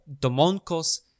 domonkos